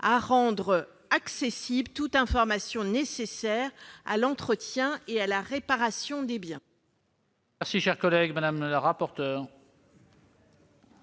à rendre accessible toute information nécessaire à l'entretien et à la réparation des biens.